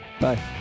Bye